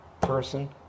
person